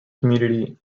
community